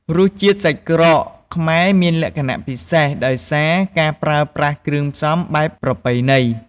រសជាតិសាច់ក្រកខ្មែរមានលក្ខណៈពិសេស ដោយសារការប្រើប្រាស់គ្រឿងផ្សំបែបប្រពៃណី។